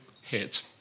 Hit